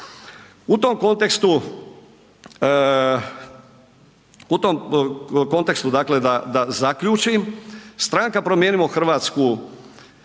u tom kontekstu dakle da zaključim Stranka Promijenimo Hrvatsku